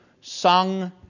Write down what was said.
sung